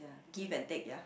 give and take ya